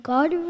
God